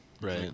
Right